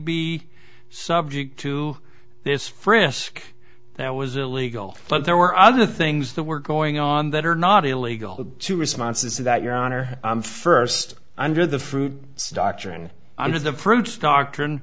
be subject to this frisk that was illegal but there were other things that were going on that are not illegal two responses to that your honor first under the fruit structuring under the fruits doctrine